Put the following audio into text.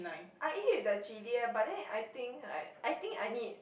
I eat with the chili eh but then I think like I think I need